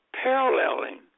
paralleling